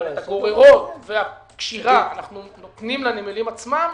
אבל הגוררות והקשירה אנחנו נותנים לנמלים עצמם,